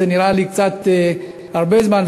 זה נראה לי קצת הרבה זמן.